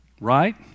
Right